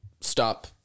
stop